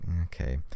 okay